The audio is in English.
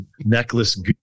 necklace